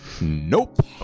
nope